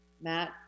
Matt